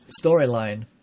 storyline